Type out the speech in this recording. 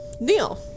neil